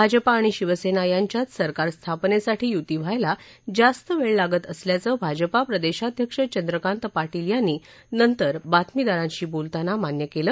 भाजपा आणि शिवसेना यांच्यात सरकार स्थापनेसाठी युती व्हायला जास्त वेळ लागत असल्याचं भाजपा प्रदेशाध्यक्ष चंद्रकांत पाटील यांनी नंतर बातमीदारांशी बोलताना मान्य केलं